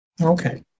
Okay